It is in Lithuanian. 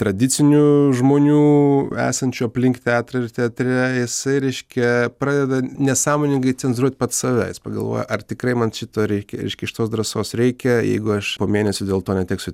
tradicinių žmonių esančių aplink teatrą ir teatre jisai reiškia pradeda nesąmoningai cenzūruot pats save jis pagalvoja ar tikrai man šito reikia ir reiškia šitos drąsos reikia jeigu aš po mėnesio dėl to neteksiu